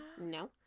no